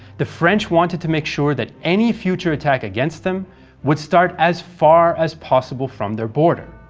the french wanted to make sure that any future attack against them would start as far as possible from their border.